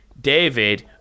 David